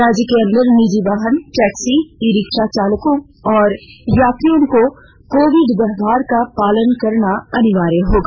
राज्य के अंदर निजी वाहन टैक्सी ई रिक्शा चालकों और यात्रियों को कोविड व्यवहार का पालन करना अनिवार्य होगा